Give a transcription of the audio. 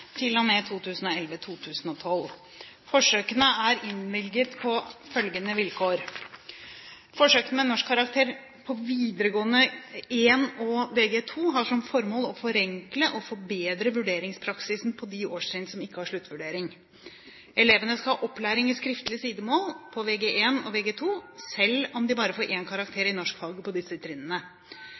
Forsøkene er innvilget på følgende vilkår: Forsøkene med norskkarakter på Vg1 og Vg2 har som formål å forenkle og forbedre vurderingspraksisen på de årstrinn som ikke har sluttvurdering. Elevene skal ha opplæring i skriftlig sidemål på Vg1 og Vg2 selv om de bare får én karakter i norskfaget på disse trinnene.